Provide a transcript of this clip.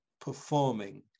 performing